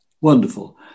Wonderful